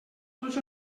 tots